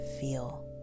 feel